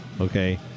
okay